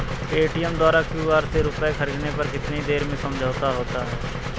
Paytm द्वारा QR से रूपए ख़रीदने पर कितनी देर में समझौता होता है?